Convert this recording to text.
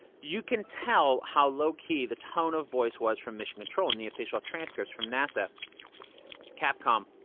you can tell how low-key the tone of voice was from mission control in the official transcript from nasa capcom